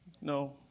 no